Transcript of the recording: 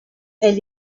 elle